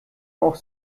auch